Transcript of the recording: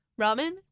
Ramen